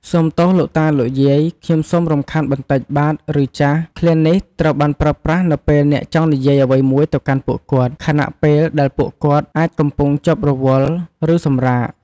សូមទោសលោកតា/លោកយាយ ខ្ញុំសូមរំខានបន្តិចបាទ ឬ ចាស ឃ្លានេះត្រូវបានប្រើប្រាស់នៅពេលអ្នកចង់និយាយអ្វីមួយទៅកាន់ពួកគាត់ ខណៈពេលដែលពួកគាត់អាចកំពុងជាប់រវល់ ឬសម្រាក។